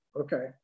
okay